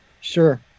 sure